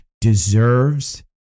deserves